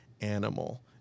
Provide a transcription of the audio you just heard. animal